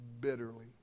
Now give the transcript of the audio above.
bitterly